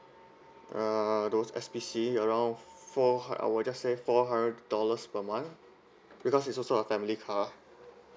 ah those S_P_C around four hund~ I will just say four hundred dollars per month because it's also a family car